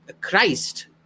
Christ